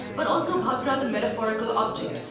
but also bhakra, the metaphorical object,